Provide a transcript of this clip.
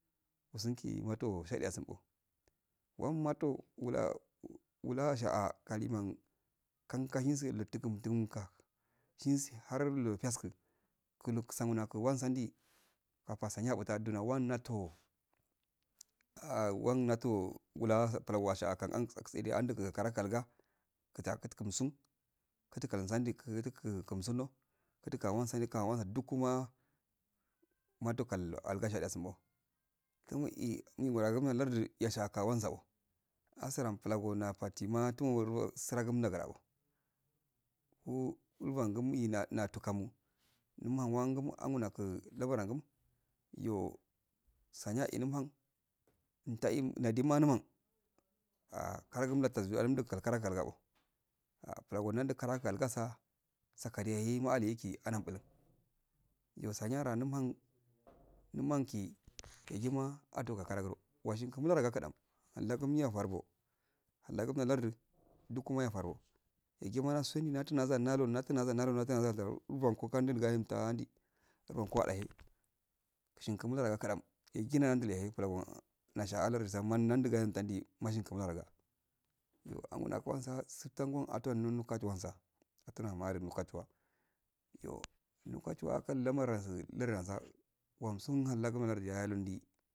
Usuqi watu shadiya yasubo wan miudo wula wula asha'a kaliman kan kashinsu luktukum kumka sinisi har lu piyasku kuluk sandi wan sandi apasaniya gotugona wanniato wan nato wala bula ashaka karaklga kita kutumsun kutuka zandiki kutuku sunno kutuka wansan di ka wasa dukuna matukal aggasshiya sum'o tumuu e nyimu ragumal lardu yashaka wansqo asaram plagu napatima tumoro suragum nagato-o wo gulfan gum inatugamu munhan wagu anyirok amuragu iyo saniyae namhun umta'e naduma num han ah kaginal tasmia umdi kalkara kalga qo a plago nanldu kara kalgasa sadayahe nahakkina palam iyo saniyana namham num hanki yagima adoka kigro washin ka mulagakadam allagum yafanbo hallagum a lardu dukuma yafarbo yagima nasunni na tunaza nata nazal nali natunzal nalu abanku kandal nahun tandi takanko adahe kushigi mularo ko mularago kadam yagina nandul yahe plagiu nasha lardu zaman nandi nashingu mularaga iyo angol nakurmansa suftangu atam nun kadwansa atuna nadam katuwa iyo lunkachwa kal lamaransa wansun hallaguma halundi